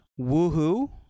woohoo